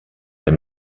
der